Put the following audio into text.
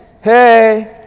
Hey